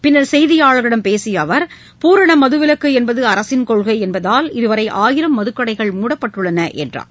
பின்னர் செய்தியாளர்களிடம் பேசிய அவர் பூரண மதுவிலக்கு என்பது அரசின் கொள்கை என்பதால் இதுவரை ஆயிரம் மதுக்கடைகள் மூடப்பட்டுள்ளன என்றார்